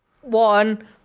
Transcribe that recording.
one